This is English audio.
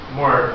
more